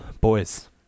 Boys